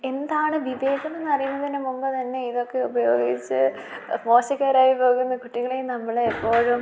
എന്താണ് വിവേകം എന്നറിയുന്നതിനു മുമ്പുതന്നെ ഇതൊക്കെ ഉപയോഗിച്ച് മോശക്കാരായി പോകുന്ന കുട്ടികളെ നമ്മളെപ്പോഴും